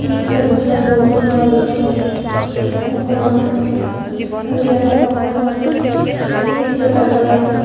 শিক্ষাৰ সুবিধা বহুখিনি পোৱা গৈছে আৰু অসমৰ আৰু ইয়াৰ দ্বাৰাও অসমৰ শিক্ষিতৰ হাৰ বঢ়াও